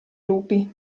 lupi